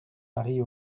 marie